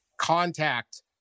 contact